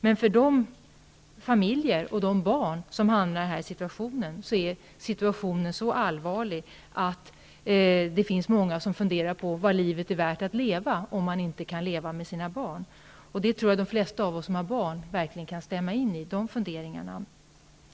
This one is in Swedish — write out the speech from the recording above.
Men för de familjer och barn som berörs är situationen så allvarlig att många funderar på om livet är värt att leva när man inte kan leva med sina barn. Jag tror att de flesta av oss som har barn verkligen kan instämma i de funderingarna.